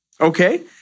Okay